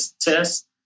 test